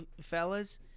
fellas